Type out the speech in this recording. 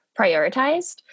prioritized